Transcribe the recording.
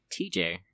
TJ